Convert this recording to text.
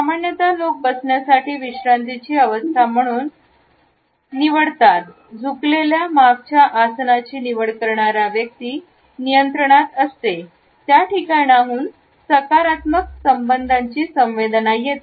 सामान्यत लोक बसण्यासाठी विश्रांतीची अवस्था निवडतात झुकलेल्या मागच्या आसनाची निवड करणारा व्यक्ती नियंत्रणात असते त्या ठिकाणाहून सकारात्मक संबंधांची संवेदना येते